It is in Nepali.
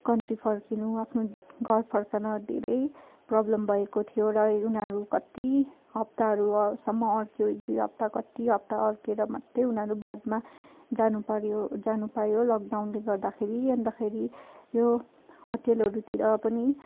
कन्ट्री फर्किनु आफ्नो घर फर्कन धेरै प्रब्लम भएको थियो र उनीहरू कति हप्ताहरूसम्म अड्कियो एक दुई हप्ता कति हप्ता अड्केर मात्रै उनीहरू बादमा जानुपऱ्यो जानपायो लकडाउनले गर्दाखेरि अन्तखेरि यो होटलहरूतिर पनि